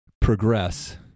progress